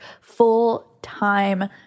full-time